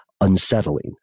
unsettling